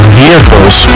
vehicles